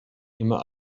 immer